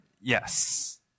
yes